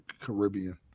Caribbean